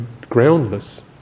groundless